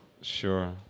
Sure